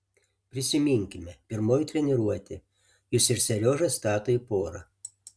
prisiminkime pirmoji treniruotė jus ir seriožą stato į porą